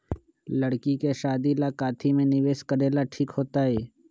लड़की के शादी ला काथी में निवेस करेला ठीक होतई?